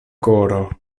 koro